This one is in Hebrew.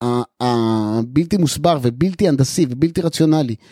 בלתי מוסבר ובלתי אנדסיב ובלתי רציונלי